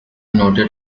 noted